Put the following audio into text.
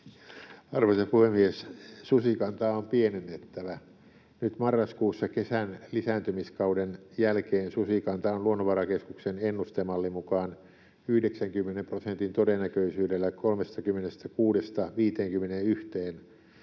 Arvoisa puhemies! Susikantaa on pienennettävä. Nyt marraskuussa kesän lisääntymiskauden jälkeen susikanta on Luonnonvarakeskuksen ennustemallin mukaan 90 prosentin todennäköisyydellä 36—51